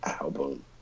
album